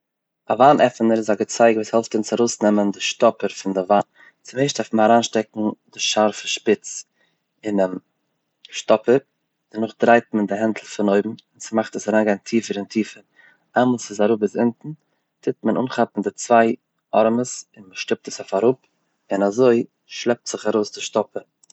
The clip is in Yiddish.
א וויין עפענע איז א געצייג וואס העלפט אונז ארויסנעמען די שטאפער פון די וויין. צום ערשט דארף מען אריינשטעקן די שארפע שפיץ אינעם שטאפער, דערנאך דרייט מען די הענטל פון אויבן דאס מאכט עס אריינגיין טיפער און טיפער, איינמאל ס'איז אראפ ביז אונטן טוט מען אנכאפן די צוויי ארעמעס מ'שטופט עס אויף אראפ און אזוי שלעפט זיך ארויס די שטאפער.